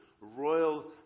royal